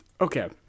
Okay